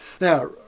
Now